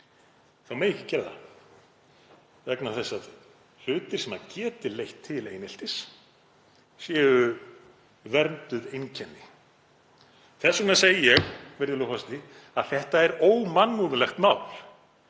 hátt megi ekki gera það vegna þess að hlutir sem geti leitt til eineltis séu vernduð einkenni. Þess vegna segi ég, virðulegur forseti, að þetta er ómannúðlegt mál.